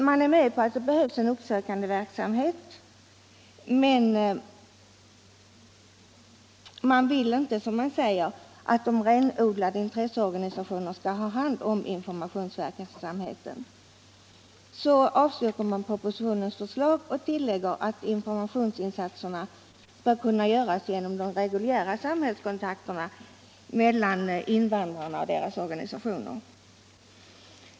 Man är med på att det behövs en uppsökande verksamhet, men man vill inte, som man säger, att de renodlade intresseorganisationerna skall ha hand om informationsverksamheten. Så avstyrker man propositionens förslag och tillägger att informationsinsatserna bör kunna göras genom de reguljära samhällskontakterna mellan invandrarna och deras organisationer.